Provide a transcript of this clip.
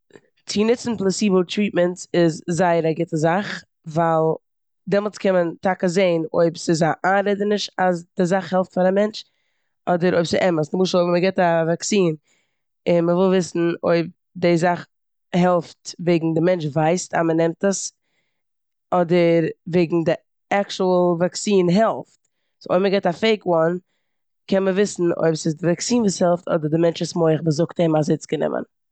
צו נוצן פלעסיבא טריטמענטס איז זייער א גוטע זאך ווייל דעמאלטס קען מען טאקע זען אויב ס'איז א איינרעדעניש אז די זאך העלפט פאר א מענטש אדער אז ס'איז אמת. למשל ווען מ'גיבט א וואקסין און מ'וויל וויסן אויב די זאך העלפט וועגן די מענטש ווייסט אז מ'נעמט עס אדער וועגן די עקטשועל וואקסין העלפט. סאו אויב מ'גיבט א פעיק וואן קען מען וויסן אויב ס'איז די וואקסין וואס העלפט אדער די מענטש'ס מח וואס זאגט אים אז ער האט עס גענומען.